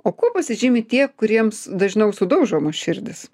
o kuo pasižymi tie kuriems dažniau sudaužoma širdis